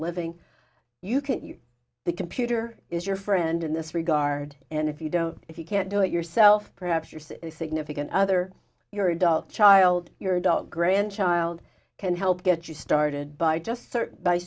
living you can use the computer is your friend in this regard and if you don't if you can't do it yourself perhaps your significant other your adult child your adult grandchild can help get you started by